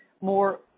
more